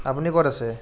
আপুনি ক'ত আছে